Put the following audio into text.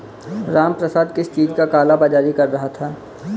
रामप्रसाद किस चीज का काला बाज़ारी कर रहा था